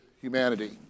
humanity